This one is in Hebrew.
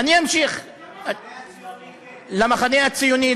לנו זה חשוב כי, למחנה הציוני זה כן חשוב.